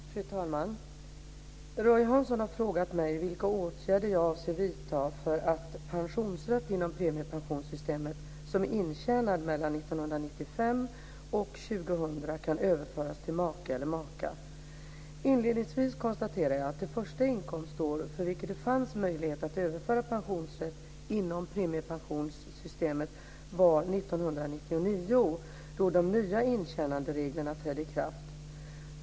Fru talman! Roy Hansson har frågat mig vilka åtgärder jag avser att vidta för att pensionsrätt inom premiepensionssystemet som är intjänad mellan 1995 Inledningsvis konstaterar jag att det första inkomstår för vilket det fanns möjlighet att överföra pensionsrätt inom premiepensionssystemet var 1999 då de nya intjänandereglerna trädde i kraft.